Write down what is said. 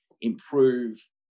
improve